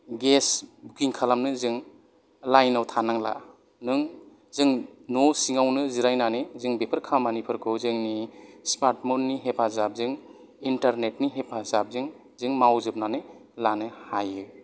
gas booking खालामनो जों लाइनाव थानांला नों जों न' सिंआवनो जिरायनानै जों बेफोर खामानिफोरखौ जोंनि स्मार्ट फननि हेफाजाबजों इन्टारनेटनि हेफाजाबजों जों मावजोबनानै लानो हायो